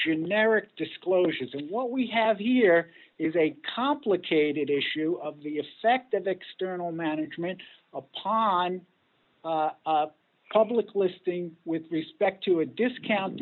generic disclosures and what we have the year is a complicated issue of the effect of external management upon public listing with respect to a discount